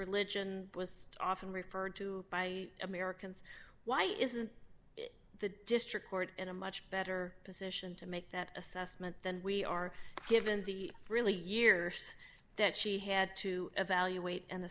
religion was often referred to by americans why isn't the district court in a much better position to make that assessment than we are given the really years that she had to evaluate and